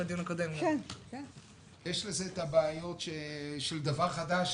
יש עם זה בעיות כאלה ואחרות,